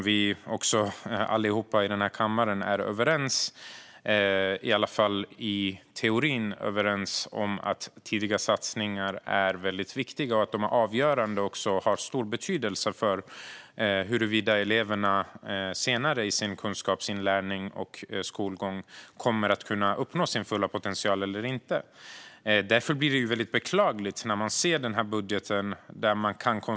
Vi är ju allihop i denna kammare, i alla fall i teorin, överens om att tidiga satsningar är väldigt viktiga och har stor betydelse för huruvida eleverna senare i sin kunskapsinlärning och skolgång kommer att kunna uppnå sin fulla potential eller inte. Det blir väldigt beklagligt när man ser denna budget.